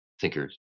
thinkers